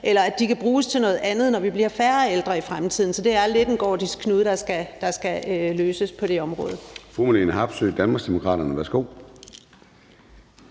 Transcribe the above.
eller at de kan bruges til noget andet, når vi bliver færre ældre i fremtiden. Så det er lidt en gordisk knude, der skal løses på det område.